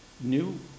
new